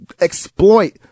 exploit